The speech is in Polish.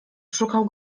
szukał